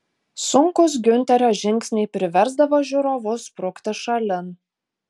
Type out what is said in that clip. sunkūs giunterio žingsniai priversdavo žiūrovus sprukti šalin